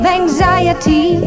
anxiety